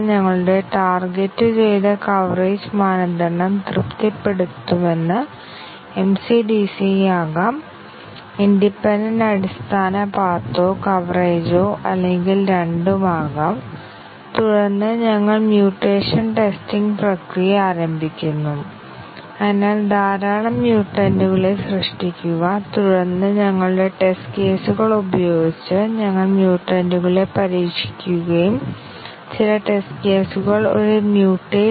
ഞങ്ങൾ basic coverage എന്ന് വിളിക്കുന്ന ബേസിക് പാത്ത് കവറേജ് നോക്കുകയും ചർച്ച ചെയ്യുകയും ചെയ്തു ചിലപ്പോൾ ഇത് സാഹിത്യത്തിൽ ഇൻഡിപെൻഡൻറ് പാത്ത് കവറേജ് എന്നും അറിയപ്പെടുന്നു തുടർന്ന് ഞങ്ങൾ MCDC കവറേജിനെക്കാൾ ശക്തമായ ഒന്നിലധികം കണ്ടിഷൻ കവറേജ് നോക്കി പക്ഷേ ഞങ്ങൾ പറഞ്ഞു ഒന്നിലധികം കണ്ടീഷൻ കവറേജ് ധാരാളം ടെസ്റ്റ് കേസുകൾക്ക് കാരണമാകും